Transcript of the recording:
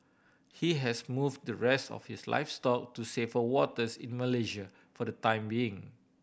he has moved the rest of his livestock to safer waters in Malaysia for the time being